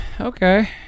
Okay